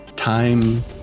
Time